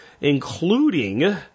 including